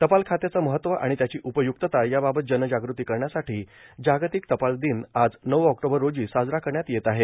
टपाल खात्याचं महत्त्व आणि त्याची उपयुक्तता याबाबत जनजागूती करण्यासाठी जागतिक टपाल दिन आज नऊ ऑक्टोबर रोजी साजरा करण्यात येत आहे